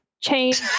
change